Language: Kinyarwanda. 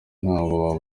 ntabwo